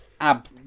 Ab-